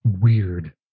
weird